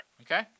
Okay